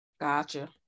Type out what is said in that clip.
Gotcha